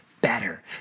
better